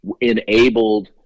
enabled